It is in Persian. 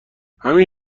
همین